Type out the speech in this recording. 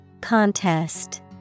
Contest